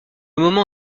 moment